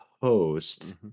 post